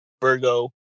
Virgo